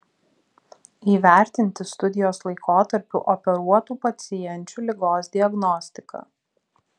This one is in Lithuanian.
įvertinti studijos laikotarpiu operuotų pacienčių ligos diagnostiką